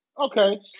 Okay